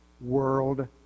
world